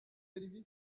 serivise